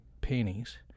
pennies